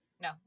No